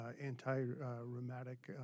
anti-rheumatic